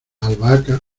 albahacas